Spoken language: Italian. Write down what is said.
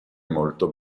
molto